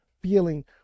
feeling